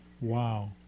Wow